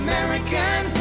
American